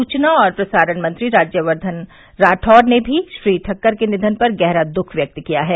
सूचना और प्रसारण मंत्री राज्यवर्धन रातौड़ ने भी श्री ठक्कर के निघन पर गहरा दुख व्यक्त किया है